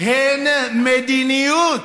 הן מדיניות?